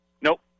Nope